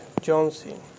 Johnson